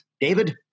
David